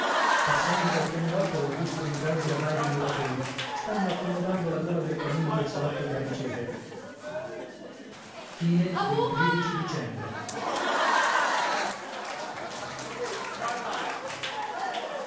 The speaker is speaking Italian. passando dal pianerottolo ho visto un gran viavai di muratori stanno accomodando la gola del camino del salotto da ricevere dicembre